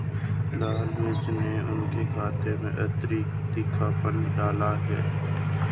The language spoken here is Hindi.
लाल मिर्च ने उनके खाने में अतिरिक्त तीखापन डाला है